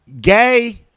gay